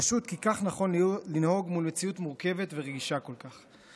פשוט כי כך נכון לנהוג מול מציאות מורכבת ורגישה כל כך.